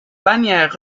bannière